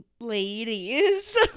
ladies